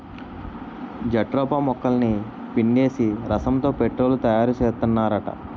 jatropha మొక్కలని పిండేసి రసంతో పెట్రోలు తయారుసేత్తన్నారట